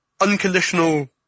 unconditional